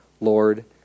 Lord